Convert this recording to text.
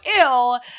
ill